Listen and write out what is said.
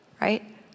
right